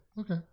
Okay